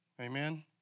Amen